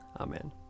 Amen